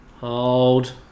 hold